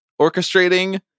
orchestrating